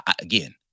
Again